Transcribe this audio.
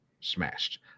smashed